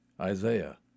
Isaiah